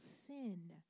sin